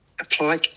apply